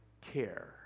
care